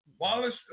Wallace